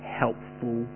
helpful